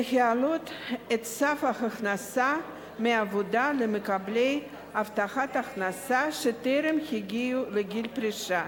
להעלות את סף ההכנסה מעבודה למקבלי הבטחת הכנסה שטרם הגיעו לגיל פרישה